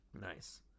Nice